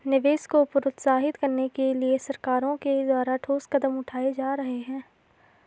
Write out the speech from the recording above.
निवेश को प्रोत्साहित करने के लिए सरकारों के द्वारा ठोस कदम उठाए जा रहे हैं